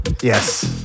Yes